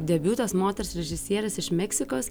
debiutas moters režisierės iš meksikos